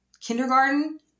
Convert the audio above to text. Kindergarten